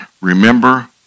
remember